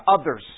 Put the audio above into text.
others